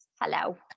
Hello